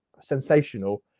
sensational